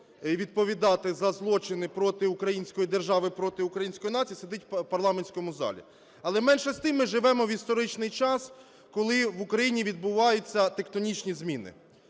і відповідати за злочини проти української держави, проти української нації, сидить в парламентському залі. Але, менше з тим, ми живемо в історичний час, коли в Україні відбувається тектонічні зміни.